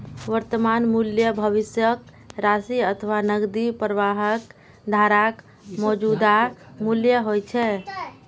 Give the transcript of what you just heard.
वर्तमान मूल्य भविष्यक राशि अथवा नकदी प्रवाहक धाराक मौजूदा मूल्य होइ छै